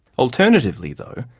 alternatively though,